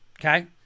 okay